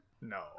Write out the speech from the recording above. no